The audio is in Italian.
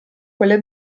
quelle